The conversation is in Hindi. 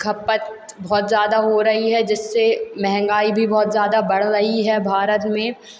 खपत बहुत ज़्यादा हो रही है जिससे महंगाई भी बहुत ज़्यादा बढ़ रही भारत में